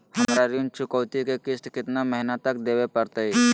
हमरा ऋण चुकौती के किस्त कितना महीना तक देवे पड़तई?